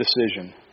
decision